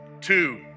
two